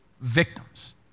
victims